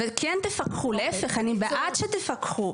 וכן תפקחו, להפך אני בעד שתפקחו.